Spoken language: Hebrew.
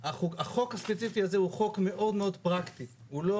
החוק הספציפי הזה הוא חוק מאוד-מאוד פרקטי והוא לא